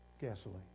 gasoline